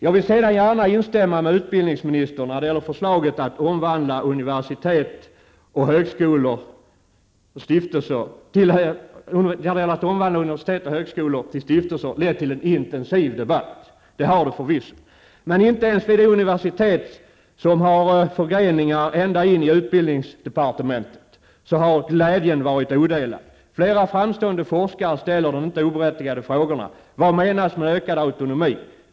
Jag vill gärna instämma i vad utbildningsministern sade om att förslaget att omvandla universitet och högskolor till stiftelser har lett till en intensiv debatt. Det har det förvisso. Men inte ens vid det universitet som har förgreningar ända in i utbildningsdepartementet har glädjen varit odelad. Flera framstående forskare ställer de inte oberättigade frågorna: Vad menas med ökd autonomi?